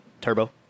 Turbo